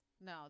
no